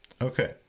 Okay